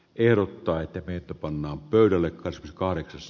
erot tai tekniikka pannaan pöydälle kahdeksas